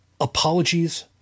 apologies